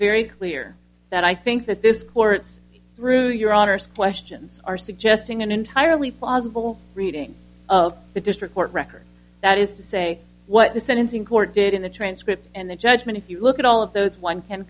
very clear that i think that this court's through your honour's questions are suggesting an entirely plausible reading of the district court record that is to say what the sentencing court did in the transcript and the judgment if you look at all of those one can